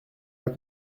pas